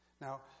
Now